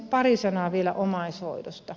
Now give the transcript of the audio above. pari sanaa vielä omaishoidosta